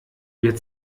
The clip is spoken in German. wir